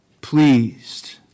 pleased